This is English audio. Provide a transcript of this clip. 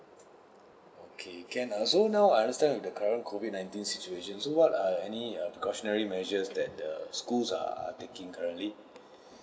okay can eh so now I understand with the current COVID nineteen situation so what are any err precautionary measures that the schools are are taking currently